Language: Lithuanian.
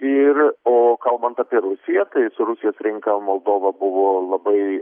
ir o kalbant apie rusiją tai su rusijos rinka moldova buvo labai